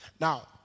Now